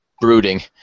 brooding